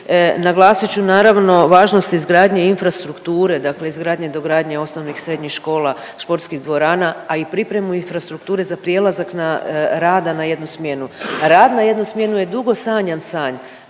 naglasit ću naravno važnost izgradnje infrastrukture, dakle izgradnje, dogradnje osnovnih, srednjih škola, sportskih dvorana, a i pripremu infrastrukture za prijelazak rada na jednu smjenu. Rad na jednu smjenu dugo sanjan san,